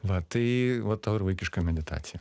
va tai va tau ir vaikiška meditacija